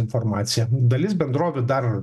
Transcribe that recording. informaciją dalis bendrovių dar